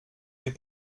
fait